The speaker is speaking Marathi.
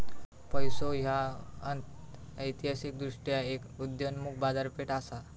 पैसो ह्या ऐतिहासिकदृष्ट्यो एक उदयोन्मुख बाजारपेठ असा